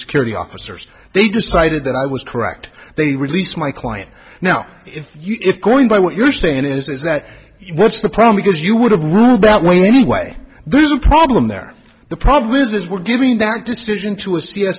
security officers they decided that i was correct they released my client now if you if going by what you're saying is that that's the problem because you would have that way anyway there's a problem there the problem is we're giving that decision to a